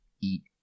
eat